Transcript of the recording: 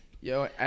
Yo